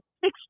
six